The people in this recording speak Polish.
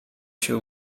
się